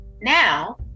Now